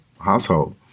household